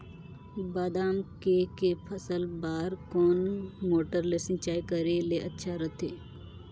बादाम के के फसल बार कोन मोटर ले सिंचाई करे ले अच्छा रथे?